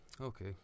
okay